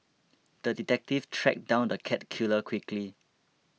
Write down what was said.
the detective tracked down the cat killer quickly